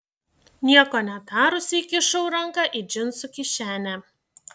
nieko netarusi įkišau ranką į džinsų kišenę